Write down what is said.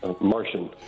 Martian